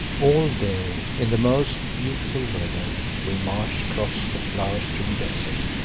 all day in the most beautiful weather we marched across the flower-strewn desert,